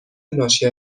ناشی